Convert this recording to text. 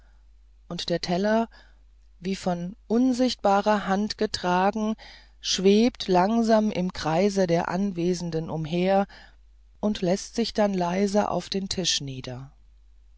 und der teller wie von unsichtbarer hand getragen schwebt langsam im kreise der anwesenden umher und läßt sich dann leise auf den tisch nieder